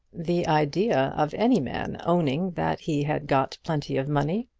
the idea of any man owning that he had got plenty of money!